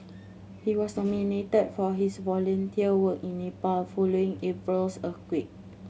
he was nominated for his volunteer work in Nepal following April's earthquake